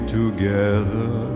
together